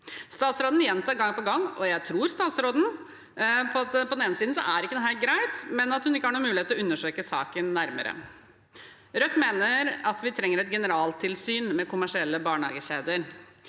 Statsråden gjentar gang på gang, og jeg tror henne på det, at dette på den ene siden ikke er greit, men at hun ikke har noen mulighet til å undersøke saken nærmere. Rødt mener at vi trenger et generaltilsyn med kommersielle barnehagekjeder.